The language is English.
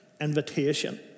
invitation